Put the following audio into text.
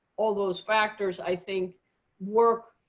all those factors, i think work